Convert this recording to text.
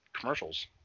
commercials